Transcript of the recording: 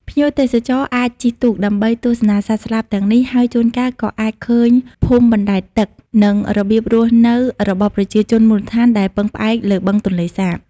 ភ្ញៀវទេសចរអាចជិះទូកដើម្បីទស្សនាសត្វស្លាបទាំងនេះ ហើយជួនកាលក៏អាចឃើញភូមិបណ្តែតទឹក និងរបៀបរស់នៅរបស់ប្រជាជនមូលដ្ឋានដែលពឹងផ្អែកលើបឹងទន្លេសាប។